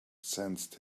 sensed